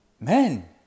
Men